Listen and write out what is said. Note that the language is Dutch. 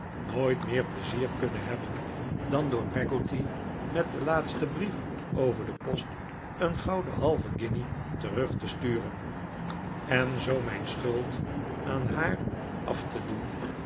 nooit meer pleizier kunnen hebben dan door peggotty met den laatsten brief over de post een gouden halve guinje terug te sturen en zoo mijn schuld aan haar af te doen